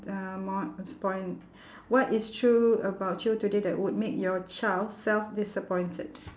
uh more disappoint what is true about you today that would make your child self disappointed